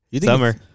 Summer